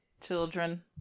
children